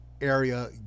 area